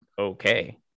okay